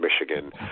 Michigan